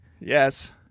Yes